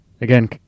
Again